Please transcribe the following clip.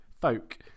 folk